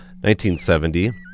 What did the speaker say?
1970